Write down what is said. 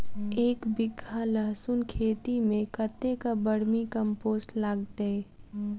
एक बीघा लहसून खेती मे कतेक बर्मी कम्पोस्ट लागतै?